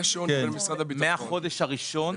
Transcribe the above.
מאסר לחצי שנה, מהחודש הראשון,